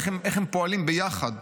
איך הם פועלים ביחד,